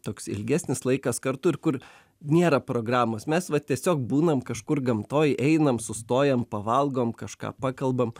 toks ilgesnis laikas kartu ir kur nėra programos mes va tiesiog būnam kažkur gamtoj einame sustojam pavalgom kažką pakalbam